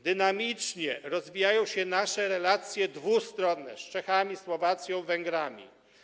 Dynamicznie rozwijają się nasze relacje dwustronne z Czechami, Słowacją i Węgrami.